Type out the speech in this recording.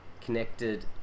connected